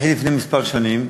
התחיל לפני כמה שנים,